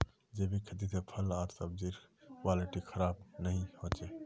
जैविक खेती से फल आर सब्जिर क्वालिटी खराब नहीं हो छे